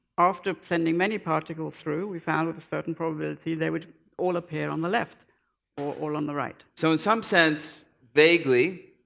after sending many particles through, we found with a certain probability that they would all appear on the left, or all on the right. so, in some sense, vaguely,